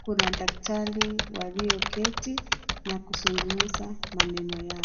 kuna daktari walioketi na kuzungumza maneno yao.